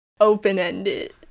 open-ended